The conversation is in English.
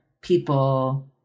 people